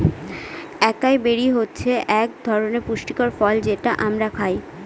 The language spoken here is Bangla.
একাই বেরি হচ্ছে এক ধরনের পুষ্টিকর ফল যেটা আমরা খায়